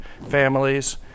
families